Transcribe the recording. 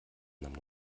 nahm